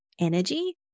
energy